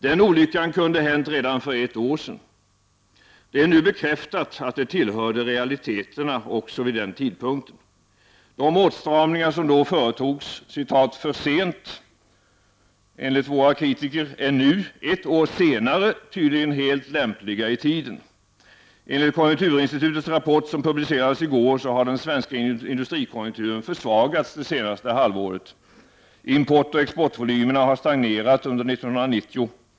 Den olyckan kunde ha hänt redan för ett år sedan. Det är nu bekräftat att det tillhörde realiteterna även vid den tidpunkten. De åtstramningar som då, enligt våra kritiker, företogs ”för sent” är nu — ett år senare — tydligen helt lämpliga i tiden. Enligt konjunkturinstitutets rapport, som publicerades i går, har den svenska industrikonjunkturen försvagats det senaste halvåret, importoch exportvolymerna har stagnerat under 1990.